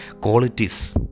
qualities